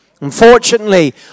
Unfortunately